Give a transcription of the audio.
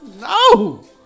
No